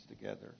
together